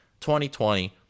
2020